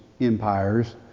empires